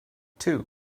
two